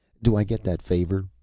do i get that favor?